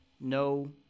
no